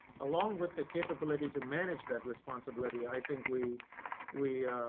along with the capability to manage that responsibility. i think we we